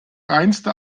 reinste